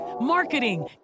marketing